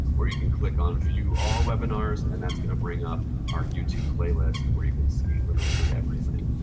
or you can click on view all webinars, and that's going to bring up our youtube playlist where you can see literally everything.